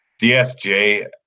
DSJ